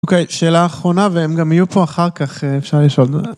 אוקיי, שאלה אחרונה והם גם יהיו פה אחר כך, אפשר לשאול.